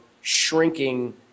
shrinking